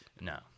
No